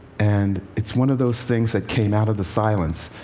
and it's one of those things that came out of the silence,